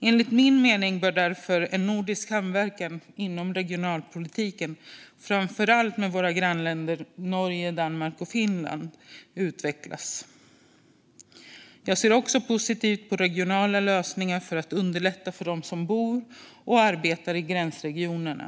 Enligt min mening bör därför en nordisk samverkan inom regionalpolitiken utvecklas, framför allt med våra grannländer Norge, Danmark och Finland. Jag ser också positivt på regionala lösningar för att underlätta för dem som bor och arbetar i gränsregionerna.